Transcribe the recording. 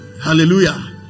Hallelujah